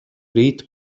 rīt